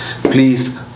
Please